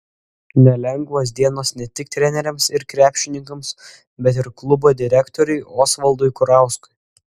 nelengvos dienos ne tik treneriams ir krepšininkams bet ir klubo direktoriui osvaldui kurauskui